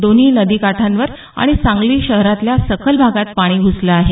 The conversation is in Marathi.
दोन्ही नदी काठांवर आणि सांगली शहरातल्या सखल भागात पाणी घुसलं आहे